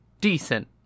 decent